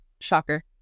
Shocker